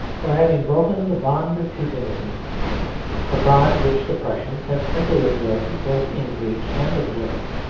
for having broken the bond of teutonism a bond which the prussians have strictly observed both in breach and observance.